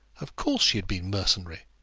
of course she had been mercenary.